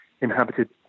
inhabited